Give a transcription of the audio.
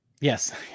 Yes